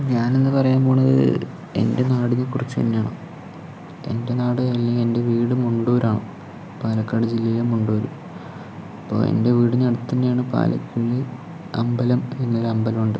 ഞാനിന്നു പറയാൻ പോകുന്നത് എൻ്റെ നാടിനെക്കുറിച്ച് തന്നെയാണ് എൻ്റെ നാട് അല്ലെങ്കിൽ എൻ്റെ വീട് മുണ്ടൂരാണ് പാലക്കാട് ജില്ലയിലെ മുണ്ടൂർ അപ്പോൾ എൻ്റെ വീടിനടുത്ത് തന്നെയാണ് പാലക്കുഴി അമ്പലം എന്നൊരു അമ്പലമുണ്ട്